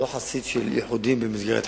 אני לא חסיד של איחודים במסגרת חקיקה.